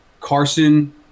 Carson